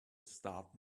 start